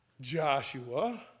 Joshua